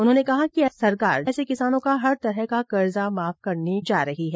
उन्होंने कहा कि सरकार ऐसे किसानों का हर तरह का कर्जा माफ करने जा रही है